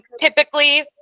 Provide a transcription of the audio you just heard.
typically